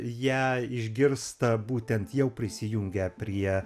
ją išgirsta būtent jau prisijungę prie